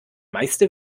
meiste